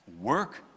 work